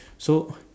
so